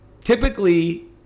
typically